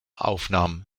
aufnahm